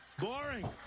boring